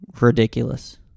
ridiculous